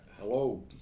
Hello